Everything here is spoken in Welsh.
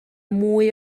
mwy